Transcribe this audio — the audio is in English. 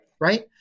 Right